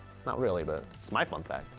not really, but it is my fun fact.